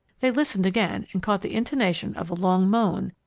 they listened again and caught the intonation of a long moan,